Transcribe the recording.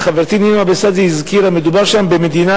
וחברתי נינו אבסדזה הזכירה: מדובר שם במדינה